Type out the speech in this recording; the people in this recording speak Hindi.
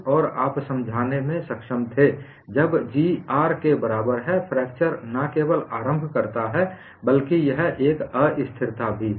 और आप समझाने में सक्षम थे जब G R के बराबर है फ्रैक्चर न केवल आरम्भ करता है बल्कि यह एक अस्थिरता भी है